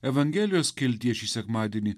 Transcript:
evangelijos skiltyje šį sekmadienį